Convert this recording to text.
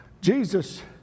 Jesus